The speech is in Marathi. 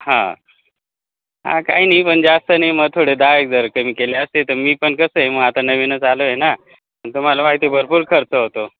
हां हां काहीनाही पण जास्त नाही मग थोडे दहा एक हजार कमी केले असते तर मी पण कसं आहे मग आता नवीनच आलो आहे ना तुम्हाला माहिती भरपूर खर्च होतो